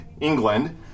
England